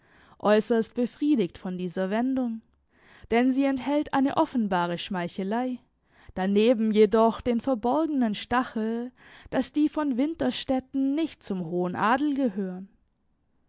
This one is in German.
äußerst befriedigt von dieser wendung denn sie enthält eine offenbare schmeichelei daneben jedoch den verborgenen stachel daß die von winterstetten nicht zum hohen adel gehören